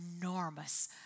enormous